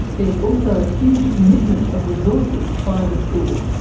there's also a huge commitment of resources by the school.